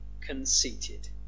conceited